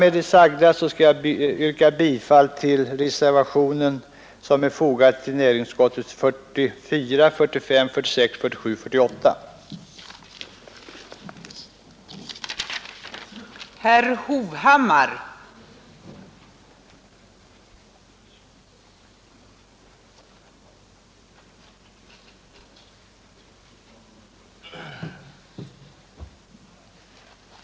Med det anförda ber jag att få yrka bifall till reservationen vid betänkandet nr 44, till utskottets hemställan i betänkandet nr 45, till reservationerna 1 och 2 vid betänkandet nr 46, till reservationen vid betänkandet nr 47 och till utskottets hemställan i betänkandet nr 48.